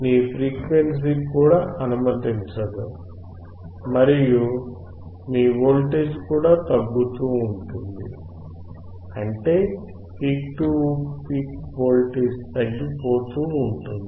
మీ frequency కూడా అనుమతించదు మరియు మీ వోల్టేజ్ కూడా తగ్గుతూ ఉంటుంది అంటే పీక్ టు పీక్ వోల్టేజ్ తగ్గి పోతూ మారుతోంది